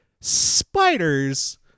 spiders